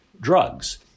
drugs